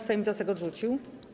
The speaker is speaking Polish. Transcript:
Sejm wniosek odrzucił.